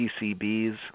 PCBs